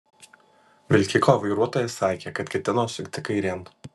vilkiko vairuotojas sakė kad ketino sukti kairėn